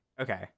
okay